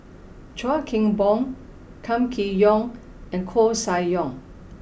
Chuan Keng Boon Kam Kee Yong and Koeh Sia Yong